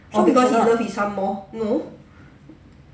no